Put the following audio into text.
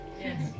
Yes